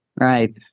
Right